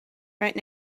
right